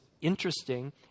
interesting